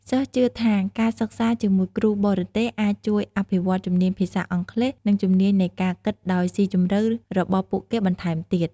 សិស្សជឿថាការសិក្សាជាមួយគ្រូបរទេសអាចជួយអភិវឌ្ឍជំនាញភាសាអង់គ្លេស និងជំនាញនៃការគិតដោយសុីជម្រៅរបស់ពួកគេបន្ថែមទៀត។